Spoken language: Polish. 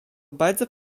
bardzo